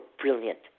brilliant